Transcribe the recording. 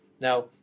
Now